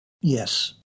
Yes